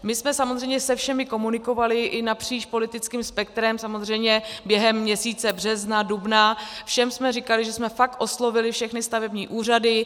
My jsme samozřejmě se všemi komunikovali i napříč politickým spektrem samozřejmě během měsíce března, dubna, všem jsme říkali, že jsme fakt oslovili všechny stavební úřady.